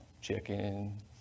chicken